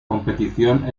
competición